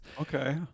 Okay